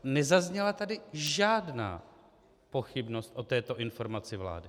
Nezazněla tady žádná pochybnost o této informaci vlády.